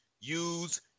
use